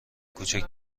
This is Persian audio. کوچک